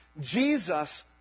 Jesus